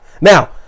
Now